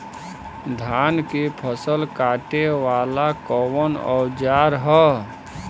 धान के फसल कांटे वाला कवन औजार ह?